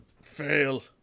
fail